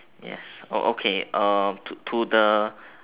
yes oh okay uh to to the